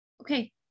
okay